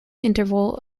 interval